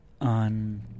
on